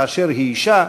באשר היא אישה,